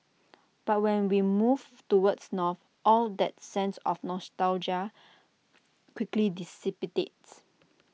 but when we move to words north all that sense of nostalgia quickly dissipates